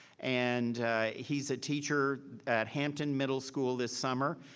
and he's a teacher at hampton middle school this summer.